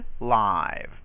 live